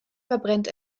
verbrennt